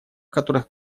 которых